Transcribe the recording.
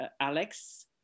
alex